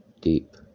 Deep